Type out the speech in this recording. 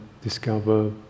Discover